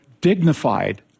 dignified